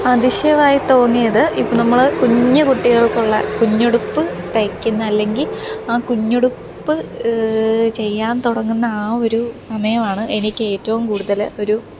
അതിശയമായി തോന്നിയത് ഇപ്പം നമ്മൾ കുഞ്ഞ് കുട്ടികള്ക്കുള്ള കുഞ്ഞുടുപ്പ് തയ്ക്കുന്ന അല്ലെങ്കില് ആ കുഞ്ഞുടുപ്പ് ചെയ്യാന് തുടങ്ങുന്ന ആ ഒരു സമയമാണ് എനിക്കേറ്റവും കൂടുതൽ ഒരു